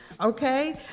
okay